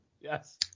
Yes